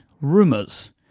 rumors